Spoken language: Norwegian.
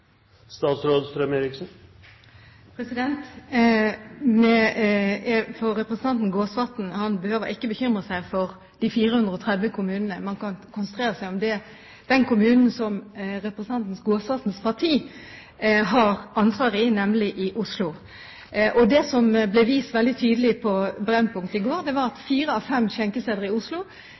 Representanten Gåsvatn behøver ikke bekymre seg for de 430 kommunene. Han kan konsentrere seg om den kommunen som representanten Gåsvatns parti har ansvaret for, nemlig Oslo. Det som ble vist veldig tydelig på Brennpunkt i går, var at fire av fem skjenkesteder i Oslo